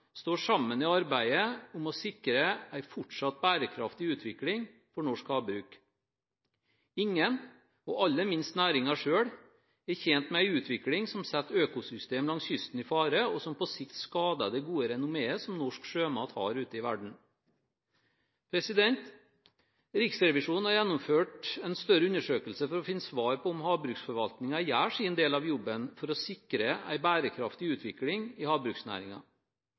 står sammen i arbeidet med å sikre en fortsatt bærekraftig utvikling for norsk havbruk. Ingen, og aller minst næringen selv, er tjent med en utvikling som setter økosystemer langs kysten i fare, og som på sikt skader det gode renommeet som norsk sjømat har ute i verden. Riksrevisjonen har gjennomført en større undersøkelse for å finne svar på om havbruksforvaltningen gjør sin del av jobben for å sikre en bærekraftig utvikling i